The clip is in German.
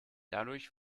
dadurch